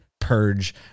purge